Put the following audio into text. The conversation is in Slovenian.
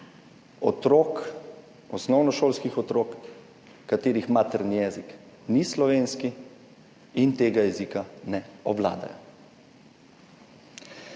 otrok, osnovnošolskih otrok, katerih materni jezik ni slovenski in tega jezika ne obvladajo.